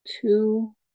two